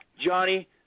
Johnny